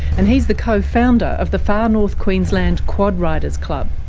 and he's the co-founder of the far north queensland quad riders club.